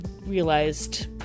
realized